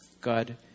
God